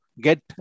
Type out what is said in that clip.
get